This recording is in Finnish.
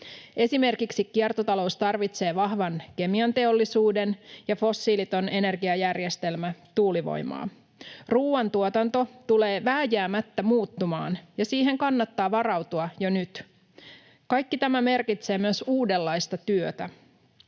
Esimerkiksi kiertotalous tarvitsee vahvan kemianteollisuuden ja fossiiliton energiajärjestelmä tuulivoimaa. Ruoantuotanto tulee vääjäämättä muuttumaan, ja siihen kannattaa varautua jo nyt. Kaikki tämä merkitsee uudenlaista työtä.